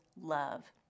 love